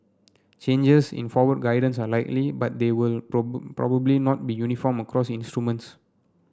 changes in forward guidance are likely but they will probably not be uniform across instruments